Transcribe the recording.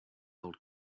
old